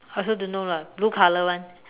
I also don't know lah blue color [one]